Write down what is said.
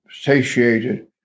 satiated